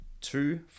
two